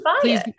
please